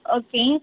okay